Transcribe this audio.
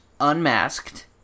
unmasked